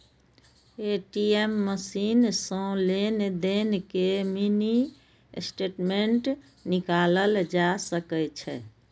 ATM machine सं लेनदेन के मिनी स्टेटमेंट निकालल जा सकै छै